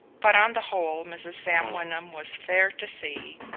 but on the whole mrs. sam wyndham was fair to see,